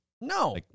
No